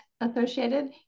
associated